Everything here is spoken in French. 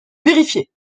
vérifier